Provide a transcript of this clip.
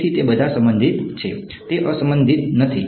તેથી તે બધા સંબંધિત છે તે અસંબંધિત નથી